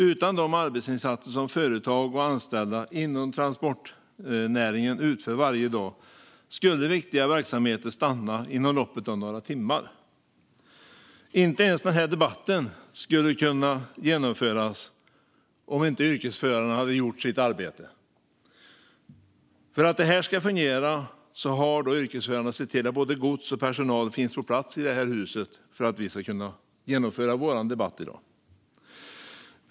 Utan de arbetsinsatser som företag och anställda inom transportnäringen utför varje dag skulle viktiga verksamheter stanna inom loppet av några timmar. Inte ens den här debatten skulle kunna genomföras om inte yrkesförarna hade gjort sitt arbete. Yrkesförarna har sett till att både gods och personal finns på plats i det här huset för att vi ska kunna genomföra vår debatt i dag.